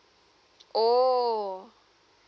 oh